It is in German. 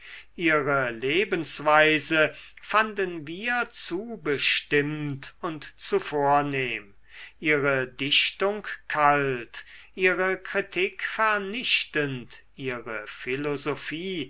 ihre lebensweise fanden wir zu bestimmt und zu vornehm ihre dichtung kalt ihre kritik vernichtend ihre philosophie